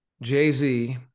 jay-z